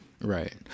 Right